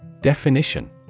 Definition